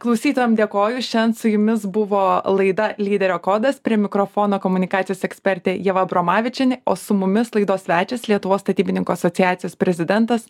klausytojam dėkoju šian su jumis buvo laida lyderio kodas prie mikrofono komunikacijos ekspertė ieva abromavičienė o su mumis laidos svečias lietuvos statybininkų asociacijos prezidentas